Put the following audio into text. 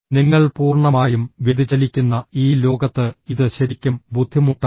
നിങ്ങൾ പൂർണ്ണമായും വ്യതിചലിക്കുന്ന ഈ ലോകത്ത് ഇത് ശരിക്കും ബുദ്ധിമുട്ടാണ്